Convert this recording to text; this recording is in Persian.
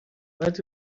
باید